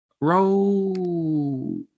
Roll